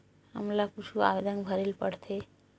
हमला कुछु आवेदन भरेला पढ़थे?